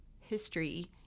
history